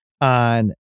on